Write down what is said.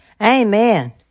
Amen